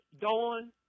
Dawn